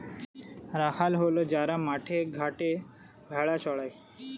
রাখাল হল যারা মাঠে ঘাটে ভেড়া চড়ায়